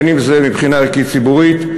בין שזה מבחינה ערכית-ציבורית,